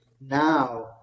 Now